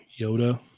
Yoda